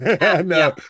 No